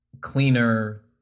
cleaner